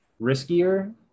riskier